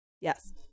Yes